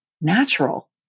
natural